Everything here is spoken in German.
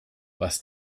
was